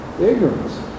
Ignorance